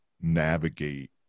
navigate